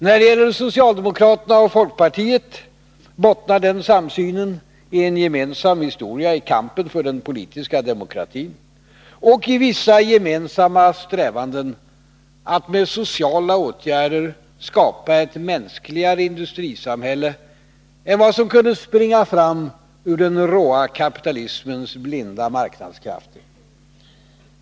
När det gäller socialdemokraterna och folkpartiet bottnar den samsynen i en gemensam historia i kampen för den politiska demokratin och i vissa gemensamma strävanden att med sociala åtgärder skapa ett mänskligare industrisamhälle än vad som kunde springa fram ur den råa kapitalismens blinda marknadskrafter.